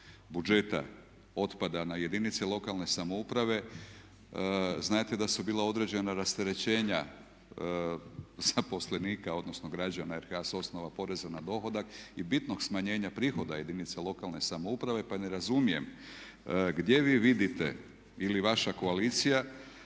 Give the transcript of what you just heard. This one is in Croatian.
budžeta otpada na jedinice lokalne samouprave. Znate da su bila određena rasterećenja zaposlenika, odnosno građana RH sa osnova poreza na dohodak i bitnog smanjenja prihoda jedinica lokalne samouprave pa ne razumijem gdje vi vidite ili vaša koalicija